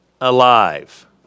alive